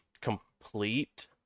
complete